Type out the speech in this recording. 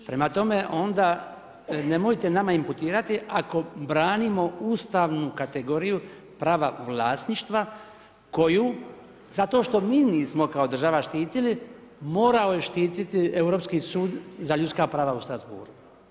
Prema tome, onda, nemojte nama imputirati, ako branimo ustavnu kategoriju prava vlasništva koju zato što mi nismo kao država nismo štili, morao je štiti Europski sud za ljudska prava u Strasbourgu.